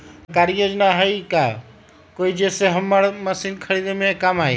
सरकारी योजना हई का कोइ जे से हमरा मशीन खरीदे में काम आई?